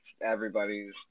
everybody's